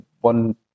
one